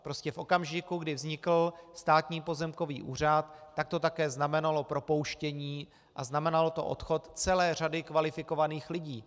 Prostě v okamžiku, kdy vznikl Státní pozemkový úřad, tak to také znamenalo propouštění a znamenalo to odchod celé řady kvalifikovaných lidí.